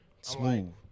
Smooth